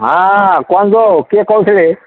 ହଁ ହଁ କୁହନ୍ତୁ କିଏ କହୁଥିଲେ